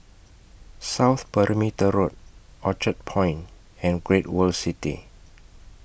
South Perimeter Road Orchard Point and Great World City